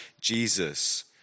Jesus